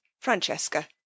Francesca